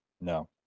No